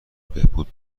بهبود